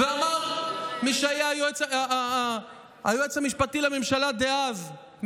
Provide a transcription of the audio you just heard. אמר מי שהיה היועץ המשפטי לממשלה דאז,